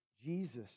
Jesus